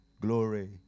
Glory